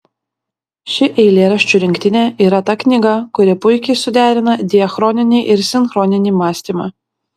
ši eilėraščių rinktinė yra ta knyga kuri puikiai suderina diachroninį ir sinchroninį mąstymą